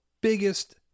biggest